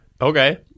Okay